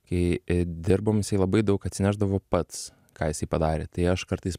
kai dirbom jisai labai daug atsinešdavo pats ką jisai padarė tai aš kartais